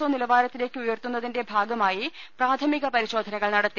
O നിലവാരത്തിലേക്ക് ഉയർത്തുന്നതിന്റെ ഭാഗമായി പ്രാഥമിക പരിശോധനകൾ നടത്തി